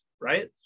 right